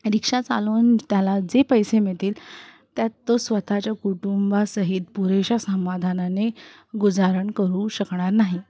रिक्षा चालवून त्याला जे पैसे मिळतील त्यात तो स्वतःच्या कुटुंबासहित पुरेशा समाधानाने गुजारणा करू शकणार नाही